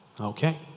Okay